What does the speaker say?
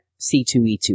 C2E2